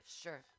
Sure